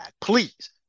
Please